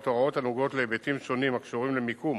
הוראות הנוגעות להיבטים שונים הקשורים למיקום